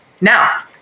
Now